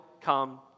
come